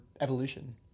evolution